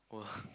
!wah!